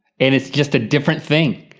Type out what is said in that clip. and it's just a different thing.